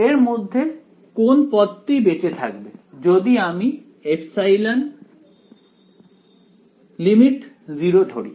এর মধ্যে কোন পদটি বেঁচে থাকবে যদি আমি ε → 0 ধরি